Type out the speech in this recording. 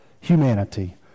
humanity